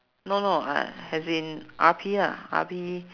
no no uh as in R_P ah R_P